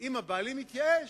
אם הבעלים מתייאש,